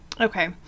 okay